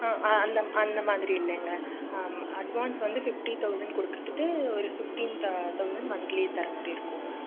ஆ ஆ அந்த அந்தமாதிரி இல்லைங்க அட்வான்ஸ் வந்து ஃபிஃப்டி தௌசண்ட் கொடுத்துட்டு ஒரு ஃபிப்டீன்ந்த் தௌசண்ட் மந்த்லி தர மாதிரி இருக்கும்ங்க